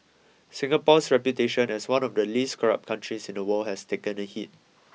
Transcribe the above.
Singapore's reputation as one of the least corrupt countries in the world has taken a hit